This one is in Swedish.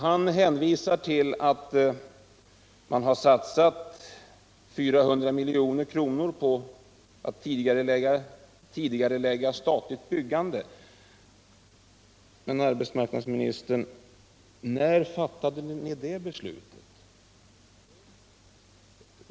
Han hänvisar ull att man har satsat 400 milj.kr. på att tidigarelägga statligt byggande. Men, arbetsmarknadsministern, när fattade regeringen det beslutet?